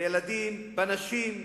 בילדים, בנשים,